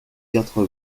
quatre